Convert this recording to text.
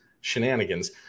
Shenanigans